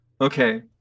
okay